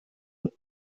und